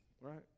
Right